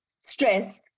stress